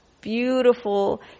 beautiful